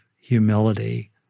humility